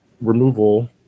removal